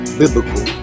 biblical